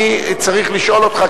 אני צריך לשאול אותך,